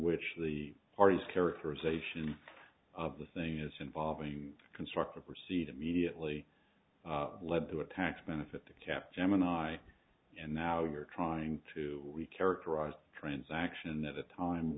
which the parties characterization of the thing is involving constructive proceed immediately lead to a tax benefit the cap gemini and now you're trying to be characterized transaction at a time